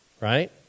right